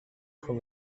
from